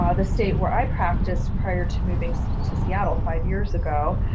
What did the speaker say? ah the state where i practiced prior to moving so to seattle five years ago,